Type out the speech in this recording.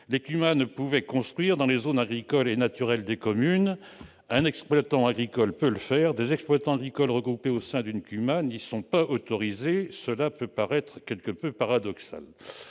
les CUMA ne pouvaient construire dans les zones agricoles et naturelles des communes. Un exploitant agricole peut le faire, des exploitants agricoles regroupés au sein d'une CUMA n'y sont pas autorisés : cela peut paraître quelque peu paradoxal